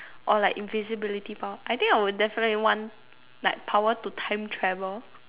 or like invisibility power I think I would definitely want like power to time travel